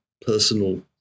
personal